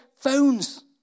phones